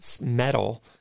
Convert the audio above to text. metal